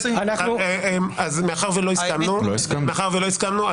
מאחר שלא הסכמנו,